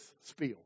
spiel